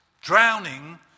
drowning